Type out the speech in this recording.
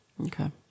Okay